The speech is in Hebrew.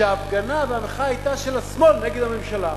שההפגנה והמחאה היתה של השמאל נגד הממשלה,